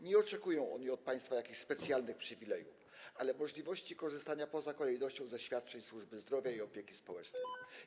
Nie oczekują oni od państwa jakichś specjalnych przywilejów, ale możliwości korzystania poza kolejnością ze świadczeń służby zdrowia i opieki społecznej.